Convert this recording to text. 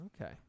Okay